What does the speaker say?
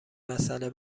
مسئله